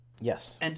Yes